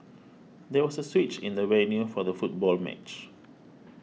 there was a switch in the venue for the football match